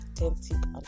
authentic